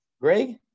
Greg